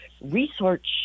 research